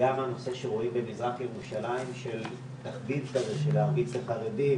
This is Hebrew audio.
וגם מה שרואים במזרח ירושלים כמין תחביב של להרביץ לחרדים,